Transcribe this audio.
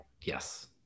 yes